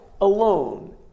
alone